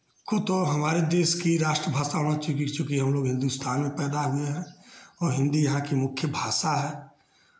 खुद तो हमारे देश की राष्ट्र भाषा बन चुकी चुकी है हमलोग हिंदुस्तान में पैदा हुए हैं और हिन्दी यहाँ की मुख्य भाषा है